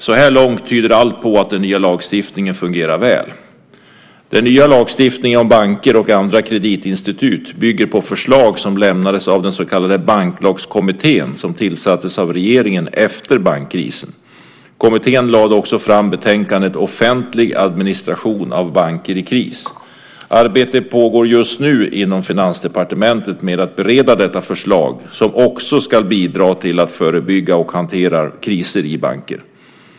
Så här långt tyder allt på att den nya lagstiftningen fungerar väl. Den nya lagstiftningen om banker och andra kreditinstitut bygger på förslag som lämnades av den så kallade Banklagskommittén som tillsattes av regeringen efter bankkrisen. Kommittén lade också fram betänkandet Offentlig administration av banker i kris . Arbete pågår just nu inom Finansdepartementet med att bereda detta förslag som också ska bidra till att förebygga och hantera kriser i banker.